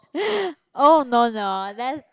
oh no no that